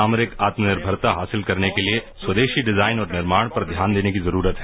सामरिक आत्मनिर्भरता हासिल करने के लिए स्वदेशी डिजाइन और निर्माण पर ध्यान देने की जरूरत है